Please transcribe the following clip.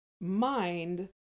mind